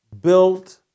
built